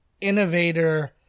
innovator